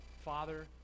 father